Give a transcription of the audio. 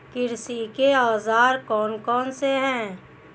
कृषि के औजार कौन कौन से हैं?